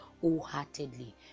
wholeheartedly